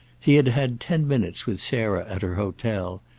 he had had ten minutes with sarah at her hotel,